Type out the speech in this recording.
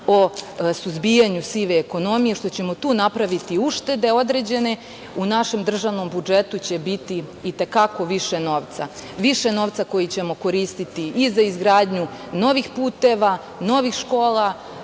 o suzbijanju sive ekonomije, što ćemo tu napraviti određene uštede. U našem državnom budžetu će biti i te kako više novca, koji ćemo koristiti i za izgradnju novih puteva, novih škola,